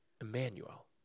Emmanuel